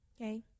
okay